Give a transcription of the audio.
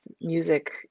music